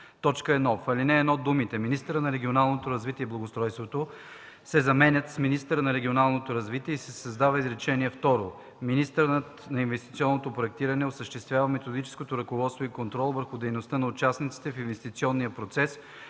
допълнения: 1. В ал. 1 думите „Министърът на регионалното развитие и благоустройството“ се заменят с „Министърът на регионалното развитие“ и се създава изречение второ: „Министърът на инвестиционното проектиране осъществява методическо ръководство и контрол върху дейността на участниците в инвестиционния процес,